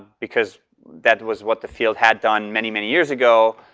because that was what the field had done many, many years ago.